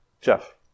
Jeff